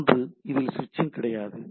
ஒன்று இதில் ஸ்விட்சிங் கிடையாது